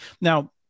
Now